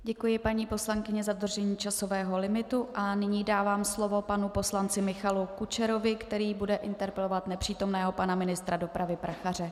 Děkuji paní poslankyně za dodržení časového limitu a nyní dávám slovo panu poslanci Michalu Kučerovi, který bude interpelovat nepřítomného pana ministra dopravy Prachaře.